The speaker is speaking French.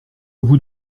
vous